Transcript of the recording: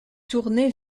tournée